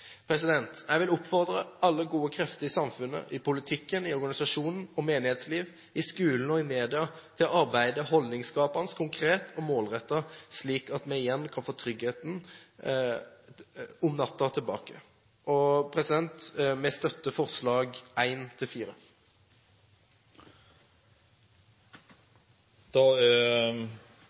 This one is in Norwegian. Jeg vil oppfordre alle gode krefter i samfunnet – i politikken, i organisasjons- og menighetsliv, i skolen og i media – til å arbeide holdningsskapende, konkret og målrettet, slik at vi igjen kan få tryggheten om natten tilbake. Kristelig Folkeparti støtter forslagene nr. 1–4. Voldtekt er den mest krenkende handlinga vi kan tenke oss. Voldtekter er